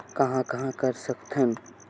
कहां कहां कर सकथन?